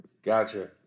Gotcha